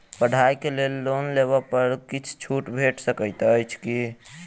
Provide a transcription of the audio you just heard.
पढ़ाई केँ लेल लोन लेबऽ पर किछ छुट भैट सकैत अछि की?